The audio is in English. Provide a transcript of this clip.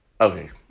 Okay